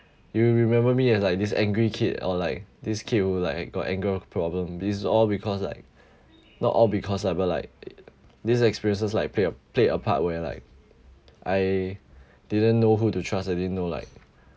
you will remember me as like this angry kid or like this kid who like got anger problem this is all because like not all because lah but like these experiences like played a played a part where like I didn't know who to trust I didn't know like